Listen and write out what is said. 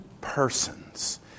persons